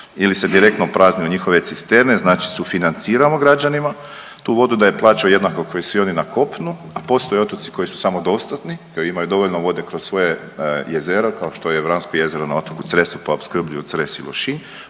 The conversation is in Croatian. ili se direktno prazni u njihove cisterne. Znači sufinanciramo građanima tu vodu da je plaćaju jednako kao i svi oni na kopnu, a postoje otoci koji su samodostatni, koji imaju dovoljno vode kroz svoja jezera kao što je Vransko jezero na otoku Cresu pa opskrbljuju Cres i Lošinj.